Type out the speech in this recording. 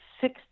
six